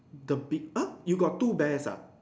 the big ah you got two bears ah